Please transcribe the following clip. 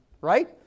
right